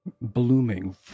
blooming